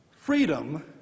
Freedom